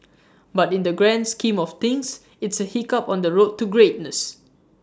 but in the grand scheme of things it's A hiccup on the road to greatness